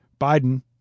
Biden